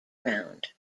round